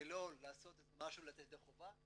ולא לעשות משהו לצאת ידי חובה,